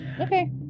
Okay